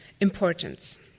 importance